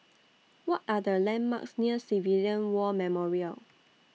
What Are The landmarks near Civilian War Memorial